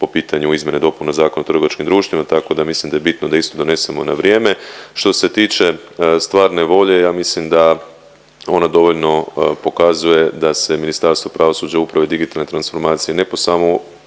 po pitanju izmjena i dopuna Zakona o trgovačkim društvima, tako da je mislim da je bitno da isto donesemo na vrijeme. Što se tiče stvarne volje ja mislim da ona dovoljno pokazuje da se Ministarstvo pravosuđa, uprave, digitalne transformacije ne po samo